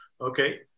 Okay